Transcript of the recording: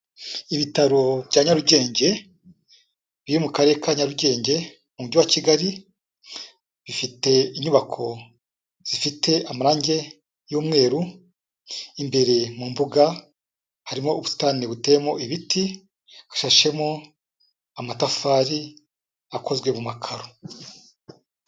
Ibitaro bya Nyarugenge, biri mu karere ka Nyarugenge umujyi wa Kigali, bifite inyubako zifite amarange y'umweru, imbere mu mbuga harimo ubusitani buteyemo ibiti hashashemo amatafari akozwe mu makaro.